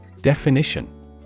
Definition